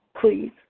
please